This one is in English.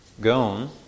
gone